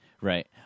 Right